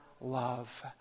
love